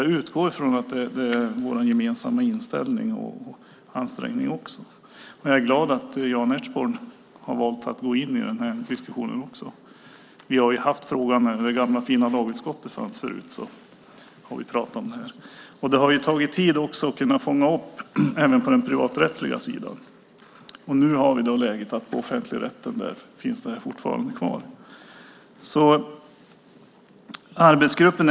Jag utgår från att det är vår gemensamma inställning och ansträngning. Jag är glad att Jan Ertsborn har valt att gå in i den här diskussionen. Vi har haft frågan i det gamla fina lagutskottet. Det har tagit tid att fånga upp frågan även på den privaträttsliga sidan. Nu har vi läget att frågan fortfarande finns kvar inom offentligrätten.